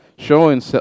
Showing